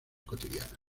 cotidianas